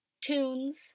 tunes